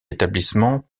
établissement